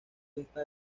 esta